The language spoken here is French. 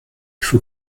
faut